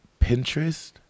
Pinterest